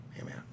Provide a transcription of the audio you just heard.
amen